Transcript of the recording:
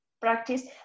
practice